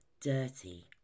dirty